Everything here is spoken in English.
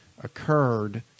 occurred